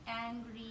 angry